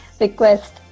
request